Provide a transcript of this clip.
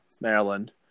Maryland